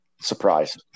Surprise